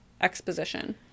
exposition